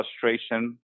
frustration